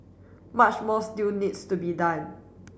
much more still needs to be done